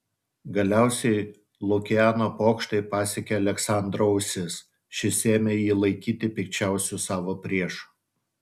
galiausiai lukiano pokštai pasiekė aleksandro ausis šis ėmė jį laikyti pikčiausiu savo priešu